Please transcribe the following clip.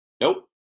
Nope